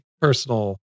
personal